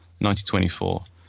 1924